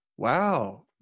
Wow